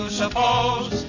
suppose